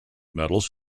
medals